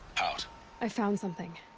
out i found something.